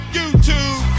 YouTube